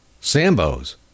Sambo's